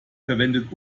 verwendet